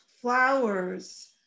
flowers